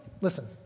Listen